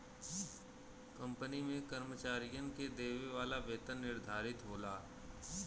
company में कर्मचारियन के देवे वाला वेतन निर्धारित होला